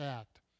act